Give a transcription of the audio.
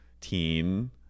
teen